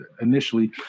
initially